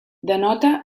denota